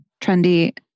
trendy